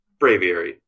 Braviary